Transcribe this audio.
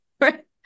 Right